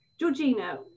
Georgina